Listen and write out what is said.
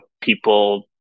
people